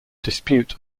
dispute